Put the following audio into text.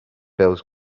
bills